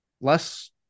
less